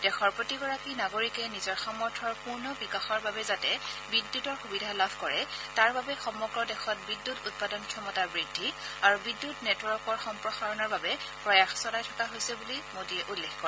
দেশৰ প্ৰতিগৰাকী নাগৰিকে নিজৰ সামৰ্থৰ পূৰ্ণ বিকাশৰ বাবে যাতে বিদ্যুতৰ সুবিধা লাভ কৰে তাৰ বাবে সমগ্ৰ দেশত বিদ্যুৎ উৎপাদন ক্ষমতা বৃদ্ধি আৰু বিদ্যুৎ নেটৱৰ্কৰ সম্প্ৰসাৰণৰ বাবে প্ৰয়াস চলাই থকা হৈছে বুলি শ্ৰীমোডীয়ে উল্লেখ কৰে